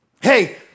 hey